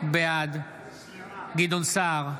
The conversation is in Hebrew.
בעד גדעון סער,